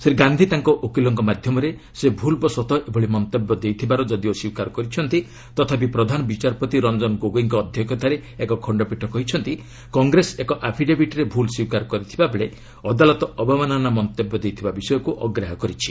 ଶ୍ରୀ ଗାନ୍ଧି ତାଙ୍କ ଓକିଲଙ୍କ ମାଧ୍ୟମରେ ସେ ଭୁଲ୍ ବସତଃ ଏଭଳି ମନ୍ତବ୍ୟ ଦେଇଥିବାର ଯଦିଓ ସ୍ୱୀକାର କରିଛନ୍ତି ତଥାପି ପ୍ରଧାନ ବିଚାରପତି ରଞ୍ଜନ ଗୋଗୋଇଙ୍କ ଅଧ୍ୟକ୍ଷତାରେ ଏକ ଖଣ୍ଡପୀଠ କହିଛନ୍ତି କଂଗ୍ରେସ ଏକ ଆଫିଡେବିଟ୍ରେ ଭୁଲ୍ ସ୍ୱୀକାର କରିଥିବା ବେଳେ ଅଦାଲତ ଅବମାନନା ମନ୍ତବ୍ୟ ଦେଇଥିବା ବିଷୟକୁ ଅଗ୍ରାହ୍ୟ କରୁଛି